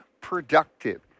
productive